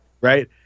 Right